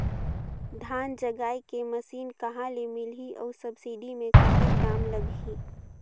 धान जगाय के मशीन कहा ले मिलही अउ सब्सिडी मे कतेक दाम लगही?